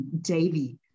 daily